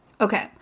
Okay